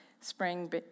spring